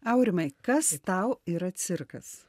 aurimai kas tau yra cirkas